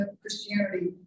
Christianity